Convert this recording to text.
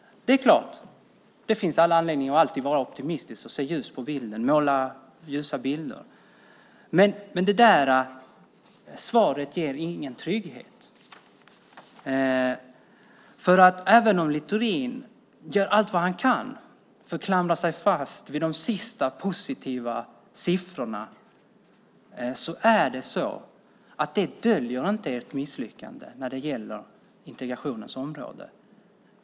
Det finns all anledning att alltid vara optimistisk, se ljust och måla ljusa bilder. Men det inger ingen trygghet. Även om Littorin gör allt vad han kan för att klamra sig fast vid de senaste positiva siffrorna döljer det inte ert misslyckande inom integrationens område.